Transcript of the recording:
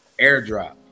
Airdrop